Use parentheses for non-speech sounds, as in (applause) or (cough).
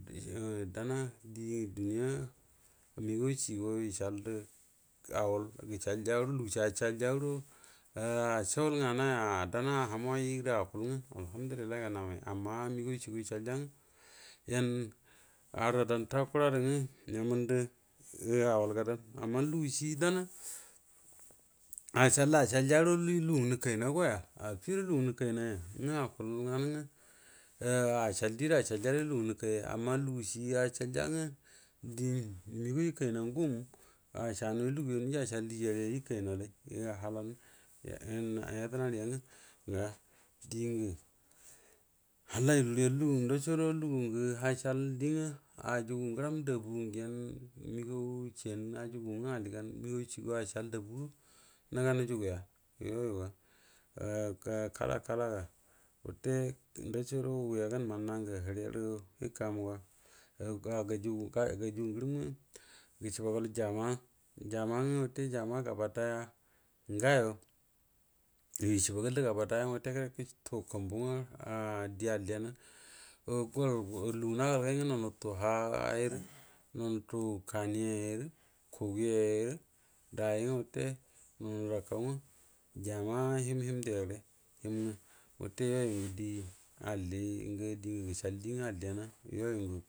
Damma die duniya məgaw cie go yamandv auwal gəcval ja guaro, lugucie acəlja guəro (hesitation) cuggol ngana ya dan a ham way gərə akual ngwə alhamdullilahi, ngana ga namay megaw wte yecsal ja ngwə yay arra dan takurado ngwə yamanda auwal gadan, amma lugu cie dan a acəal rə acəal ja guoro lugun gr nəkay nəa goya affi gguaro lugunga nəkaynəa ngwə akuol ngnanu ngwə (hesitation) acəal diera acəal ja guəro lugunga nəkan ya, amma lugu cie acdaljaa ngwa die məgaw yəkay ngwo ngumm cənn niəyiyu acral yədənari a ngwə ga diengə halla yəlurə ynag lugun daco gnoro lugun go acroal diengwo aign ngəram dabu g yen megawa ajugu alligan, nəgaw cie acəal ciyan da guə nəga nugu gaya yua yu (hesitation) ga kala kala ga watə nndoco gudo weyega mənna gə hərere yəka mu ga ga guju gu ngorəm ngwo grcroaba galu jama’a jama’a ngwo wate jama’a gaba daya ngawo yu yr craba gali rə gaba daya wute gutu kumbue, (hesitation) dre alliya ha, kani yayre, kusi yayro wate nu nədau kaw ngwə jama’a həm həm day gəre ngwə wate you yu go die allli die gacəal die alliyen. (unintelligible)